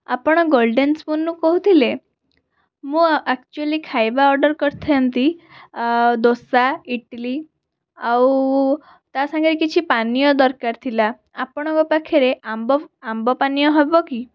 ଆପଣ ଗୋଲ୍ଡେନ୍ ସ୍ପୁନ୍ରୁ କହୁଥିଲେ ମୁଁ ଆକ୍ଚୁଆଲି ଖାଇବା ଅର୍ଡ଼ର୍ କରିଥାନ୍ତି ଦୋସା ଇଟିଲି ଆଉ ତା' ସାଙ୍ଗରେ କିଛି ପାନୀୟ ଦରକାର ଥିଲା ଆପଣଙ୍କ ପାଖରେ ଆମ୍ବ ଆମ୍ବ ପାନୀୟ ହେବ କି